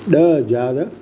ॾह हज़ार